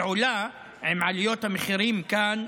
ועולה עם עליות המחירים כאן,